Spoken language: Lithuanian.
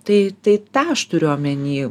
tai tai tą aš turiu omeny